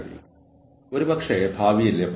നൈപുണ്യ ആപ്ലിക്കേഷന്റെ ശ്രേണി മറ്റൊന്നാണ്